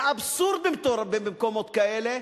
האבסורד במקומות כאלה,